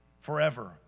forever